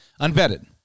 unvetted